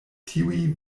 tiuj